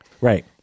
Right